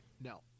no